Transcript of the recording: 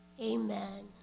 amen